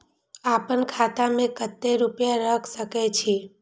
आपन खाता में केते रूपया रख सके छी?